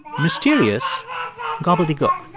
mysterious gobbledygook